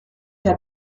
der